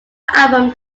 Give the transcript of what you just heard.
album